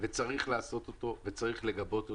וצריך לעשות אותו וצריך לגבות אותו.